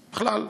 בכלל,